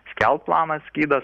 skelbt planą skydas